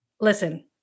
listen